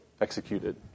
executed